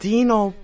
Dino